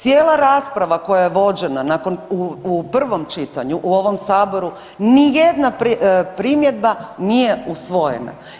Cijela rasprava koja je vođena nakon, u prvom čitanju u ovom saboru ni jedna primjedba nije usvojena.